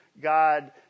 God